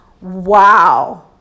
wow